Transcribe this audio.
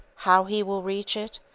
how he will reach it,